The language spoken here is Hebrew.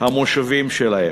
המושבים שלהם,